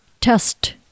test